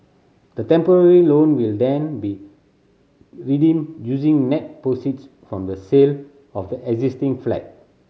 the temporary loan will then be redeemed using net proceeds from the sale of the existing flat